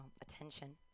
attention